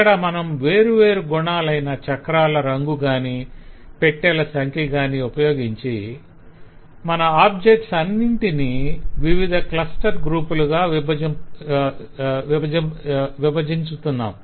ఇక్కడ మనం వేరువేరు గుణాలైన చక్రాల రంగు కాని పెట్టెల సంఖ్య కాని ఉపయోగించి మన ఆబ్జెక్ట్స్ అన్నింటినీ వివిధ క్లస్టర్ గ్రూపులు గా విభజించుతున్నాం